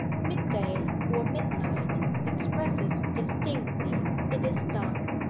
mid-day or midnight expresses distinctly it is done.